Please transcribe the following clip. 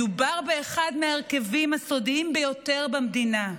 מדובר באחד מההרכבים הסודיים ביותר במדינה,